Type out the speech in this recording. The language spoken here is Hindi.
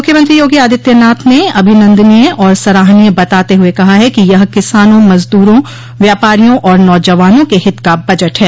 मुख्यमंत्री योगी आदित्यनाथ ने अभिनन्दनीय और सराहनीय बताते हुए कहा है कि यह किसानों मजदूरा व्यापारियों और नौजवानों के हित का बजट है